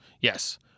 Yes